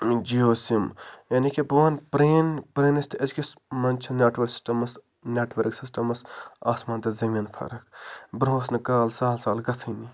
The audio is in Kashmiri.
جیو سِم یعنی کہِ بہٕ وَنہٕ پرٲنۍ پرٲنِس تہِ أزکِس منٛز چھِ نٮ۪ٹورک سِسٹَمَس نٮ۪ٹورک سِسٹَمَس آسمان تہِ زمیٖن فرق بروٚنٛہہ ٲس نہٕ کال سہل سہل گژھٲنی